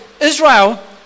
Israel